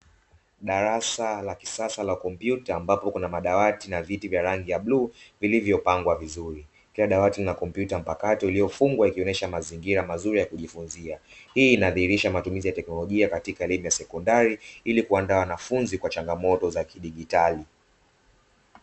Darasa la kisasa la kompyuta, ambapo kuna madawati na viti vya rangi ya bluu, vilivyopangwa vizuri, kila dawati lina kompyuta mpakato iliyofungwa ikionyesha mazingira mazuri ya kujifunza, hii inadhihirisha matumizi ya teknolojia katika elimu ya sekondari ili kuandaa wanafunzi kwa changamoto za kidijitali.